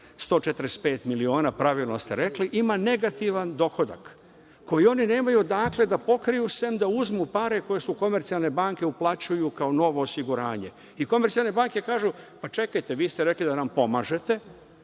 145 miliona, pravilno ste rekli, ima negativan dohodak, koji oni nemaju odakle da pokriju, sem da uzmu pare koje komercijalne banke uplaćuju kao novo osiguranje. Komercijalne banke kažu – pa, čekajte, vi ste rekli da nam pomažete,